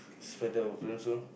spend time with friends loh